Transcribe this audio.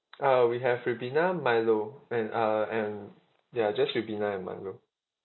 uh we have Ribena Milo and uh and ya just Ribena and Milo